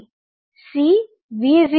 1 F છે તેથી Cvo0